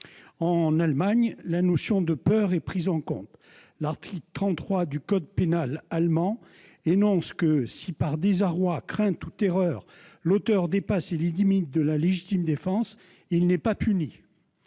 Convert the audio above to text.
En Allemagne, la notion de peur est prise en compte. L'article 33 du code pénal allemand énonce que « si par désarroi, crainte ou terreur, l'auteur dépasse les limites de la légitime défense, il n'est pas puni